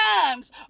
times